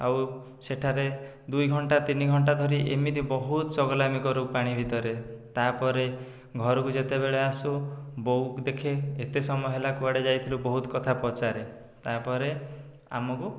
ଆଉ ସେଠାରେ ଦୁଇ ଘଣ୍ଟା ତିନି ଘଣ୍ଟା ଧରି ଏମିତି ବହୁତ ଚଗଲାମି କରୁ ପାଣି ଭିତରେ ତା'ପରେ ଘରକୁ ଯେତେବେଳେ ଆସୁ ବୋଉ ଦେଖେ ଏତେ ସମୟ ହେଲା କୁଆଡ଼େ ଯାଇଥିଲୁ ବହୁତ କଥା ପଚାରେ ତା'ପରେ ଆମକୁ